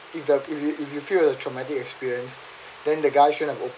if the if you if you feel that traumatic experience then the guys trying to